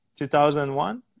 2001